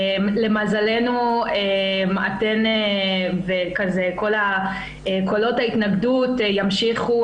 למזלנו, אתן וכל קולות ההתנגדות ימשיכו